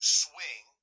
swing